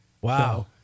Wow